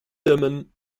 dimmen